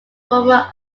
former